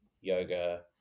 yoga